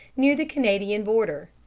near the canadian border.